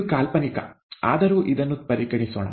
ಇದು ಕಾಲ್ಪನಿಕ ಆದರೂ ಇದನ್ನು ಪರಿಗಣಿಸೋಣ